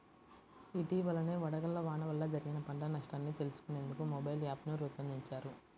ఇటీవలనే వడగళ్ల వాన వల్ల జరిగిన పంట నష్టాన్ని తెలుసుకునేందుకు మొబైల్ యాప్ను రూపొందించారు